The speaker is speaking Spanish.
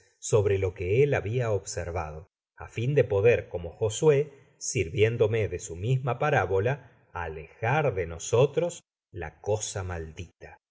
sobre lo que él habia observado á fio de poder como josué sirviéndome de su misma parábola alejar de nosotros la cosa maldita